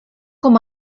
com